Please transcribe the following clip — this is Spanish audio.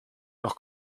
nos